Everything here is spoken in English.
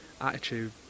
attitude